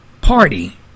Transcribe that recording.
Party